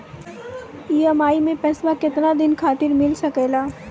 EMI मैं पैसवा केतना दिन खातिर मिल सके ला?